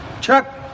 Chuck